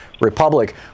Republic